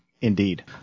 Indeed